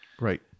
right